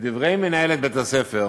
מנהלת בית-הספר,